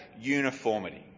uniformity